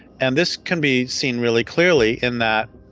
and this can be seen really clearly in that,